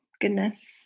goodness